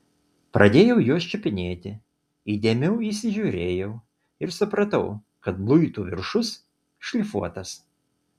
pradėjau juos čiupinėti įdėmiau įsižiūrėjau ir supratau kad luitų viršus šlifuotas